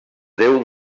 déu